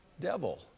devil